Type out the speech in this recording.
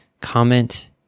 Comment